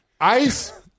ice